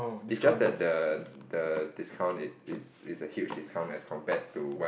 is just that the the discount it is is a huge discount as compared to what